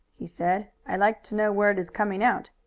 he said, i like to know where it is coming out.